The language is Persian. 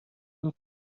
این